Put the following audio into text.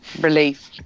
Relief